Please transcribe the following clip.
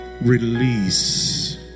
Release